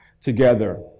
together